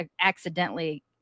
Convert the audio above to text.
accidentally